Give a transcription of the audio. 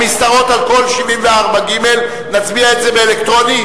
המשתרעות על כל עמוד 74ג'. נצביע על זה אלקטרונית?